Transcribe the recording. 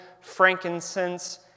frankincense